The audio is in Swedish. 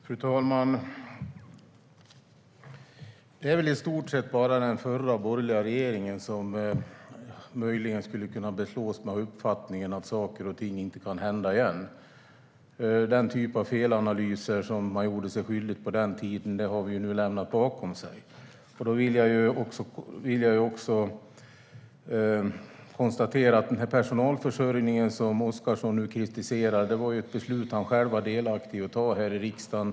Fru talman! Det är i stort sett bara den förra borgerliga regeringen som möjligen skulle kunna beslås med att ha uppfattningen att saker och ting inte kan hända igen. Den typ av felanalyser som man gjorde sig skyldig till på den tiden har vi nu lämnat bakom oss. Jag vill också konstatera att personalförsörjningen som Oscarsson nu kritiserar var ett beslut han själv var delaktig i att ta här i riksdagen.